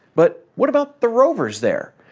but what about the rovers there?